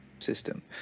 system